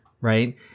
right